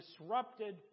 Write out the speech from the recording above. disrupted